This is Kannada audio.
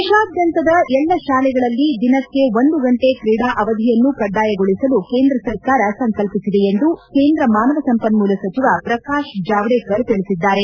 ದೇಶದಾದ್ಯಂತ ಎಲ್ಲ ಶಾಲೆಗಳಲ್ಲಿ ದಿನಕ್ಕೆ ಒಂದು ಗಂಟೆ ಕ್ರೀಡಾ ಅವಧಿಯನ್ನು ಕಡ್ಡಾಯಗೊಳಿಸಲು ಕೇಂದ್ರ ಸರ್ಕಾರ ಸಂಕಲ್ಪಿಸಿದೆ ಎಂದು ಕೇಂದ್ರ ಮಾನವ ಸಂಪನ್ನೂಲ ಸಚಿವ ಪ್ರಕಾಶ್ ಜಾವಡೇಕರ್ ತಿಳಿಸಿದ್ದಾರೆ